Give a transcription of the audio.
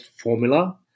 formula